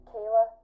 Kayla